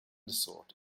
resort